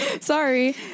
sorry